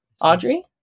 Audrey